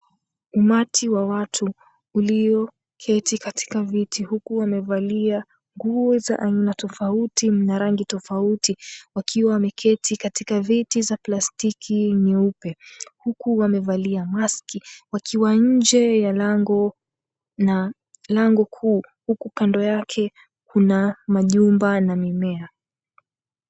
Umati wa watu ulioketi katika viti, huku wamevalia nguo za aina tofauti na rangi tofauti. Wakiwa wameketi katika viti za plastiki nyeupe, huku wamevalia maski. Wakiwa nje ya lango kuu na huku kando yake kuna majumba na mimea.